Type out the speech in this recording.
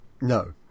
No